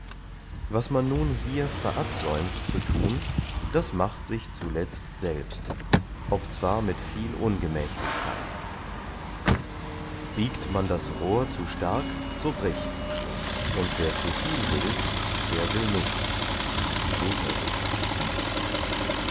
was man nun hier verabsäumt zu thun das macht sich zuletzt selbst obzwar mit viel ungemächlichkeit biegt man das rohr zu stark so brichts und wer zu viel will der will nichts